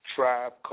Tribe